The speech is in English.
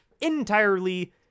entirely